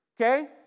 Okay